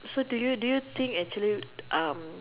so do you do you think actually um